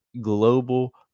global